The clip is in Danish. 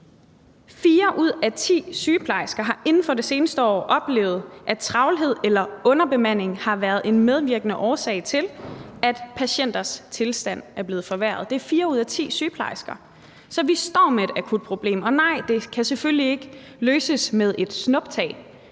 ud af ti sygeplejersker har inden for det seneste år oplevet, at travlhed eller underbemanding har været en medvirkende årsag til, at patienters tilstand er blevet forværret – det er fire ud af ti sygeplejersker. Så vi står med et akut problem. Og nej, det kan selvfølgelig ikke løses med et snuptag,